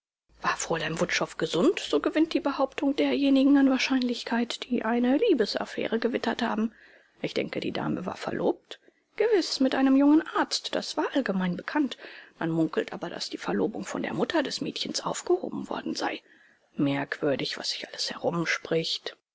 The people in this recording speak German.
war fräulein wutschow gesund so gewinnt die behauptung derjenigen an wahrscheinlichkeit die eine liebesaffäre gewittert haben ich denke die dame war verlobt gewiß mit einem jungen arzt das war allgemein bekannt man munkelt aber daß die verlobung von der mutter des mädchens aufgehoben worden sei merkwürdig was sich alles herumspricht